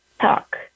talk